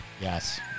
Yes